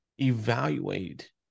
evaluate